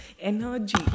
Energy